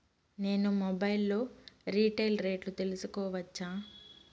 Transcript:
నేను మొబైల్ లో రీటైల్ రేట్లు తెలుసుకోవచ్చా?